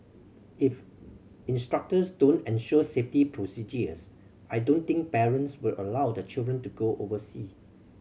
if instructors don't ensure safety procedures I don't think parents will allow their children to go oversea